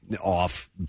off